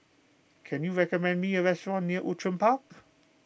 can you recommend me a restaurant near Outram Park